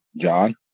John